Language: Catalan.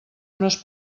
unes